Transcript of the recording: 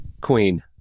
Queen